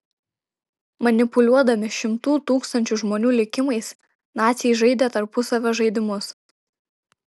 manipuliuodami šimtų tūkstančių žmonių likimais naciai žaidė tarpusavio žaidimus